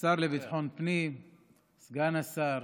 סגן השר,